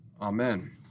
Amen